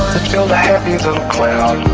build a happy little cloud